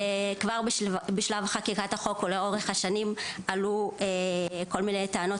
כבר בשלב חקיקת החוק ולאורך השנים עלו כל מיני טענות